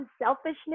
unselfishness